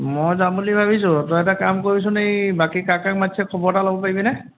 মই যাম বুলি ভাবিছোঁ তই এটা কাম কৰিবিচোন এই বাকী কাক কাক মাতিছে খবৰ এটা ল'ব পাৰিবিনে